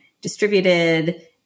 distributed